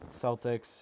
Celtics